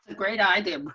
great idea.